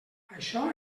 això